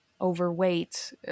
overweight